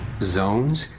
zones?